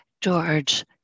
George